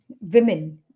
women